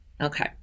Okay